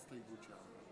ההסתייגות נתקבלה.